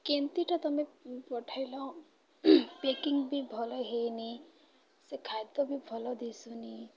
କେମିତିଟା ତୁମେ ପଠେଇଲ ପ୍ୟାକିଂ ବି ଭଲ ହେଇନି ସେ ଖାଦ୍ୟ ବି ଭଲ ଦିଶୁନି